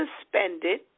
suspended